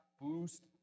boost